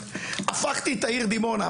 הפכתי את העיר דימונה,